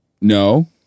No